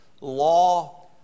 law